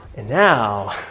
and now,